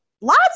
lots